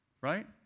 right